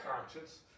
conscience